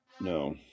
No